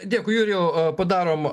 dėkui jurijau padarom